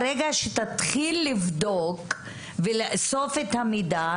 ברגע שתתחיל לבדוק ולאסוף את המידע,